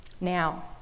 Now